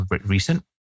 recent